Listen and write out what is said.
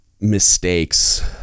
mistakes